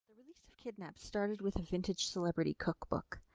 release of kidnapped started with a vintage celebrity cookbook.